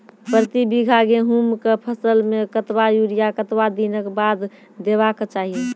प्रति बीघा गेहूँमक फसल मे कतबा यूरिया कतवा दिनऽक बाद देवाक चाही?